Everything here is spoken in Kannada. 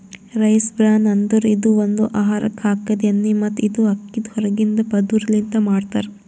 ರೈಸ್ ಬ್ರಾನ್ ಅಂದುರ್ ಇದು ಒಂದು ಆಹಾರಕ್ ಹಾಕದ್ ಎಣ್ಣಿ ಮತ್ತ ಇದು ಅಕ್ಕಿದ್ ಹೊರಗಿಂದ ಪದುರ್ ಲಿಂತ್ ಮಾಡ್ತಾರ್